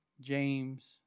James